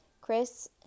Chris